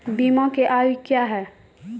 बीमा के आयु क्या हैं?